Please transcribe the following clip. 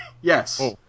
Yes